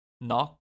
Knock